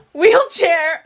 wheelchair